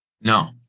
No